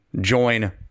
join